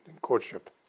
courtship